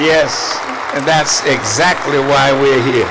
yes and that's exactly why we